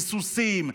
וסוסים,